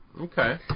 okay